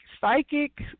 psychic